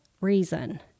reason